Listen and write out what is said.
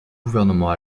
gouvernement